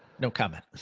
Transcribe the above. no comment.